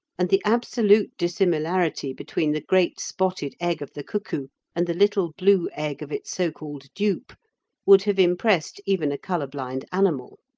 and the absolute dissimilarity between the great spotted egg of the cuckoo and the little blue egg of its so-called dupe would have impressed even a colour-blind animal.